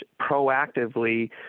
proactively